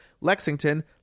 Lexington